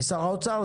שר האוצר,